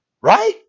right